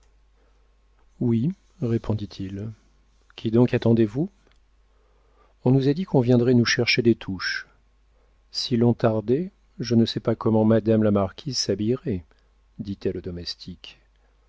oui répondit-il qui donc attendez-vous on nous a dit qu'on viendrait nous chercher des touches si l'on tardait je ne sais pas comment madame la marquise s'habillerait dit-elle au domestique